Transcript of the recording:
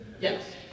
Yes